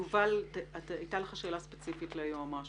יובל, הייתה לך שאלה ספציפית ליועץ המשפטי.